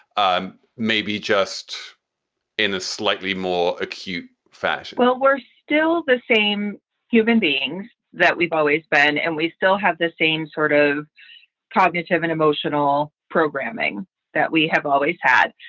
um maybe just in a slightly more acute fashion? well, we're still the same human beings that we've always been, and we still have the same sort of cognitive and emotional programming that we have always had.